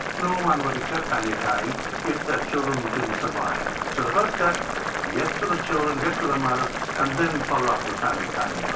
no one would accept family planning if that children didn't survive. so the first step get to the children, get to the mothers and then follow up with family planning.